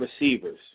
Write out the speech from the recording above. receivers